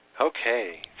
Okay